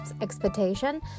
expectation